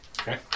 Okay